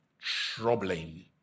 troubling